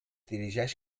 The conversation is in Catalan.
dirigeix